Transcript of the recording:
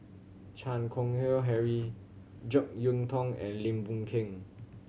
Chan Keng Howe Harry Jek Yeun Thong and Lim Boon Keng